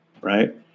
right